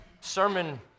sermon